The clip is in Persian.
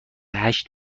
هشت